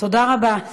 תודה רבה.